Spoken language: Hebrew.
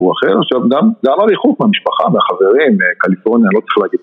הוא אחר עכשיו גם, זה הלא ריחוק במשפחה והחברים, קליפורניה, לא צריך להגיד.